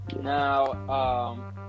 Now